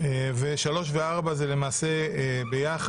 הצעות החוק השלישית והרביעית זה למעשה ביחד: